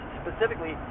specifically